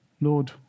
Lord